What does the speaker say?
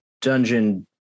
dungeon